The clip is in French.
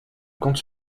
compte